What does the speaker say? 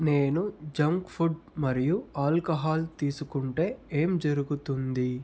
నేను junk food మరియు alcohol తీసుకుంటే ఏం జరుగుతుంది